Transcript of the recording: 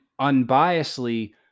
unbiasedly